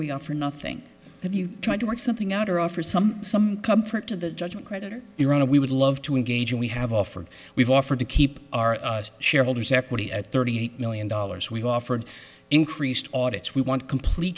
we offer nothing if you try to work something out or offer some some comfort to the judgment creditor you're on a we would love to engage and we have offered we've offered to keep our shareholders equity at thirty eight million dollars we've offered increased audits we want complete